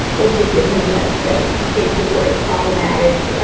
let's just give him that that basic work problematic